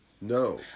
No